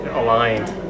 aligned